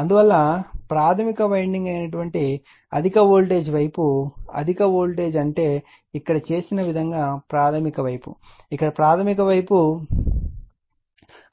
అందువల్ల ప్రాధమిక వైండింగ్ అయిన అధిక వోల్టేజ్ వైపు అధిక వోల్టేజ్ అంటే ఇక్కడ చేసిన విధంగా ప్రాధమిక వైపు ఇక్కడ ప్రాధమిక వైపు